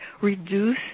reduce